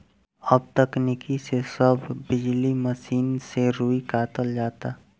अब तकनीक से सब बिजली मसीन से रुई कातल जाता